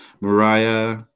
Mariah